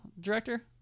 director